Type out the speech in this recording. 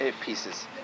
pieces